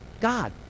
god